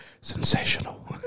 Sensational